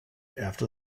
after